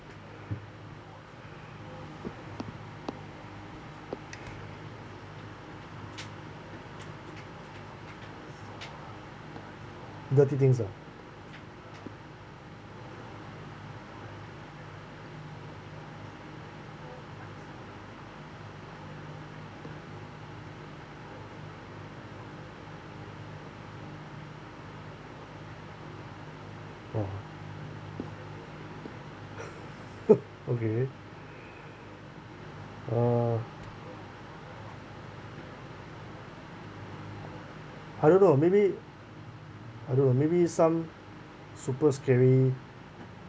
dirty things ah !wah! okay uh I don't know maybe I don't know maybe some super scary